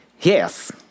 Yes